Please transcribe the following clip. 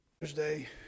Thursday